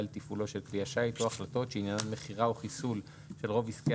לתפעולו של כלי השיט או החלטות שעניינן מכירה או חיסול של רוב עסקי